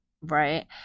right